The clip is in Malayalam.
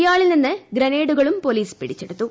ഇയാളിൽ നിന്ന് ഗ്രനേഡുകളും പൊലീസ് പിടിച്ചെടുത്തു